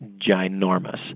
ginormous